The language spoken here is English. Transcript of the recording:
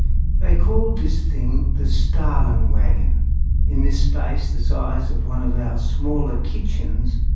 they called this thing the stalin-wagon in this space, the size of one of our smaller kitchens,